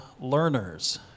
learners